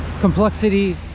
complexity